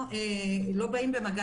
כל אחד יושב על המזרון שלו ולא באים במגע